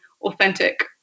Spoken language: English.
authentic